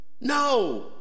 No